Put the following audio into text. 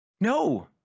No